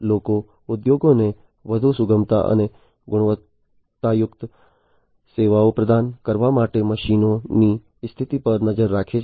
લોકો ઉદ્યોગોને વધુ સુગમતા અને ગુણવત્તાયુક્ત સેવાઓ પ્રદાન કરવા માટે મશીનોની સ્થિતિ પર નજર રાખે છે